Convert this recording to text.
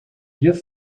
juf